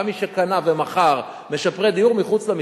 גם מי שקנה ומכר, משפרי דיור מחוץ למשחק.